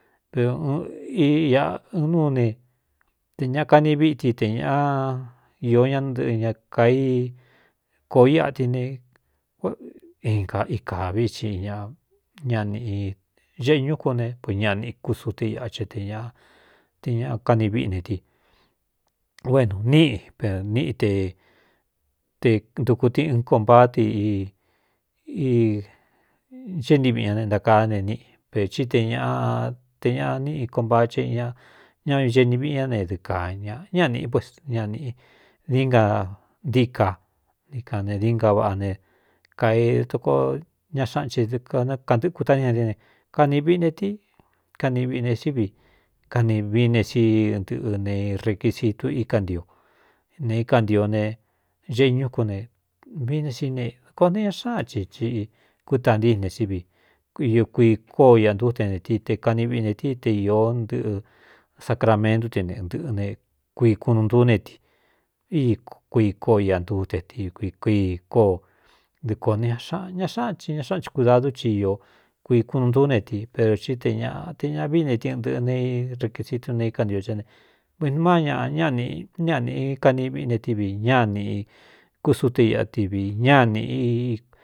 Pero n aꞌan núu ne te ña kani ví ti te ñāꞌa īó ñá ntɨꞌɨ ña kaí koo itin ne inka i kā vií tsi ña ñaꞌnīꞌ xeꞌe ñúkún ne po ñaꞌnīꞌ kúsute iꞌachɨa te ñꞌa te ña kani viꞌi ne ti o énūu níꞌi e níꞌi te te ntuku ti ɨn konpaáa te xee ni viꞌi ña ne ntákaá ne níꞌi per tí te ñāꞌa te ñaꞌ níꞌi konbaa che ña ña eni viꞌi ñá ne dɨɨ kaa ña ñáa nīꞌi pues ñaꞌ nīꞌ dina ntíí ka ni kaꞌan ne dinga vaꞌa ne kaitkoo ña xáꞌan chi dkandɨɨkuta ní ñati ne kani viꞌi ne tí kani viꞌi ne sí vi kani vií ne si ntɨꞌɨ ne requisitu íkan ntio ne ikan ntio ne xeꞌe ñúkún ne viíne sinekoó ne ña xáꞌan chi ci kutaa ntíne sí vi kuii kóo ia ntú te ne tí te kani viꞌi ne tí te īó ntɨꞌɨ sacramentu ti neɨꞌɨ ne kuii kunu ntúú ne ti í kuii kóo ia ntúte ti kuii kuii kóó dɨɨ kōo n xña xáꞌan ci ña xáꞌan ci kudadú chi īo kui kunu ntúú ne ti pero tí te ñāꞌa te ña vii ne ti ɨn ntɨ̄ꞌɨ ne requisitú ne íkan ntio cé á ne vin má ñaꞌ ñánīꞌ naꞌnīꞌi kani viꞌi ne tí vi ñánīꞌ kúsute iꞌati vi ñánī.